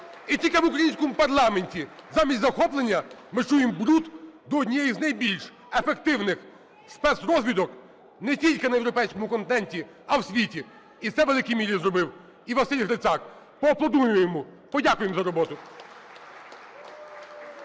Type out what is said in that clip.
І тільки в українському парламенті замість захоплення ми чуємо бруд до однієї з найбільш ефективнихспецрозвідок не тільки на європейському континенті, а в світі. І це в великій мірі зробив і Василь Грицак. Поаплодуємо йому, подякуємо за роботу.